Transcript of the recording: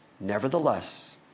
Nevertheless